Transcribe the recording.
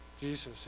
jesus